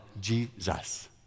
Jesus